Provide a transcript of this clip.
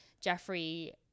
Jeffrey